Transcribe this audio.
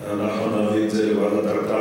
אנחנו נביא את זה לוועדת הכנסת.